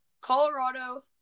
Colorado